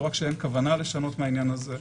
לא רק שאין כוונה לשנות את העניין הזה,